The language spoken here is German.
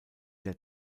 der